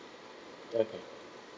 okay